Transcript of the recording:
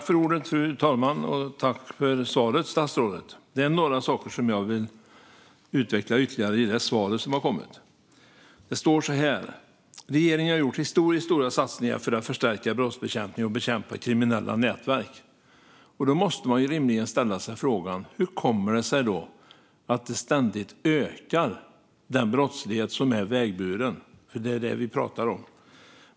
Fru talman! Tack för svaret, statsrådet! Det är några saker i svaret som jag vill utveckla ytterligare. Det står så här: "Regeringen har gjort historiskt stora satsningar för att förstärka brottsbekämpningen och bekämpa kriminella nätverk." Då måste man rimligen ställa sig frågan hur det kommer sig att den brottslighet som är vägburen ständigt ökar - för det är det vi pratar om.